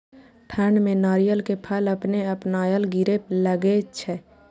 ठंड में नारियल के फल अपने अपनायल गिरे लगए छे?